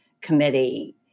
Committee